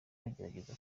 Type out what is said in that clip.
bagerageza